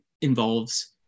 involves